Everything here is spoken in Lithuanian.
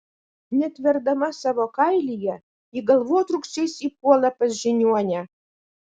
netverdama savo kailyje ji galvotrūkčiais įpuola pas žiniuonę